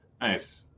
Nice